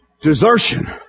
desertion